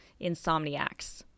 Insomniacs